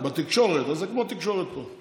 בתקשורת, אז זה כמו תקשורת פה.